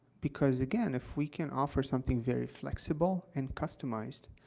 because, again, if we can offer something very flexible and customized,